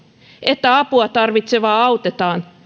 että apua tarvitsevaa autetaan